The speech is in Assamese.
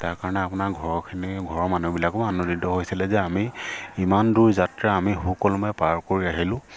তাৰ কাৰণে আপোনাৰ ঘৰৰখিনি ঘৰৰ মানুহবিলাকো আনন্দিত হৈছিলে যে আমি ইমান দূৰ যাত্ৰা আমি সুকলমে পাৰ কৰি আহিলোঁ